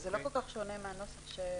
זה לא כל כך שונה מהנוסח שכאן.